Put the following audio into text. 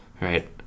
right